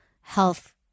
health